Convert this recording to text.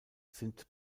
sind